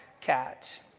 cat